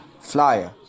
flyer